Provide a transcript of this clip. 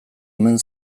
omen